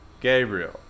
Gabriel